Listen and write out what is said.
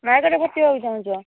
ନୟାଗଡ଼ରେ ଭର୍ତ୍ତି ହେବାକୁ ଚାହୁଁଛ